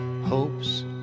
hopes